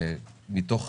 מתוך